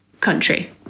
country